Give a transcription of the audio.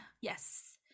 Yes